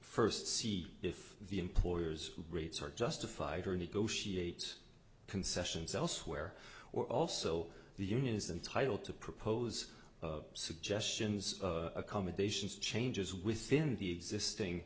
first see if the employer's rates are justified or negotiate concessions elsewhere or also the union is entitle to propose suggestions of accommodations changes within the existing